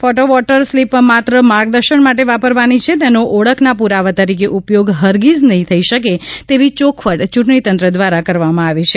photo voter slip માત્ર માર્ગદર્સન માટે વાપરવાની છે તેનો ઓળખના પુરાવા તરીકે ઉપયોગ હરગીજ નહિં થઇ શકે તેવી ચોખવટ ચૂંટક્રીતંત્ર દ્વારા કરવામાં આવી છે